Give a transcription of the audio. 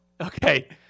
Okay